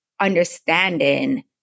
understanding